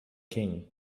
king